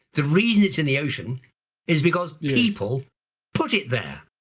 the reason it's in the ocean is because people put it there.